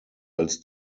als